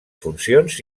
funcions